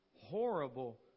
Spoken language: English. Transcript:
horrible